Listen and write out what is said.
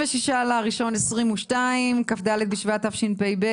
26.1.2022, כ"ד בשבט תשפ"ב.